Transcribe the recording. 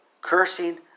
cursing